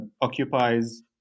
occupies